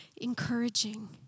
encouraging